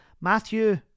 Matthew